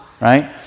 right